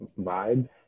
vibe